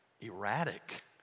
erratic